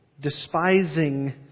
despising